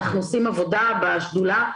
אנחנו עושים עבודה בשדולה,